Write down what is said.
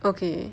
okay